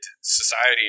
society